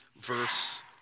verse